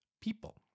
people